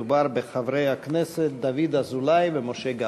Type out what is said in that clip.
מדובר בחברי הכנסת דוד אזולאי ומשה גפני.